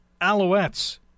Alouettes